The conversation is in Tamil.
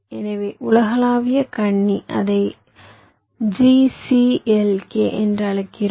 எனவே உலகளாவிய கண்ணி அதை GCLK என்று அழைக்கிறோம்